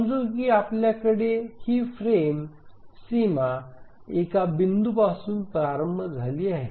समजू की आपल्याकडे ही फ्रेम सीमा एका बिंदूपासून प्रारंभ झाली आहे